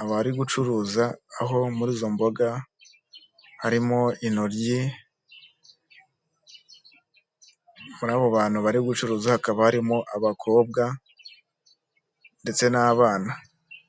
abari gucuruza, aho muri izo mboga harimo intoryi, muri abo bantu bari gucuruza, hakaba harimo abakobwa ndetse n'abana.